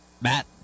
matt